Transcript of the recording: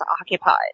occupied